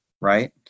right